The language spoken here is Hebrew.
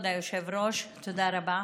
כבוד היושב-ראש, תודה רבה.